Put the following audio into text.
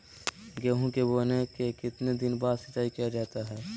गेंहू के बोने के कितने दिन बाद सिंचाई किया जाता है?